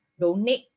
donate